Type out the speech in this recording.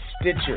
Stitcher